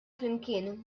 flimkien